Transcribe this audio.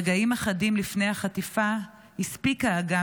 רגעים אחדים לפני החטיפה הספיקה אגם